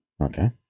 Okay